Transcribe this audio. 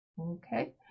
okay